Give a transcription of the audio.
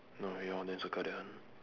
no your then circle that one ah